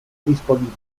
disponibile